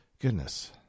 goodness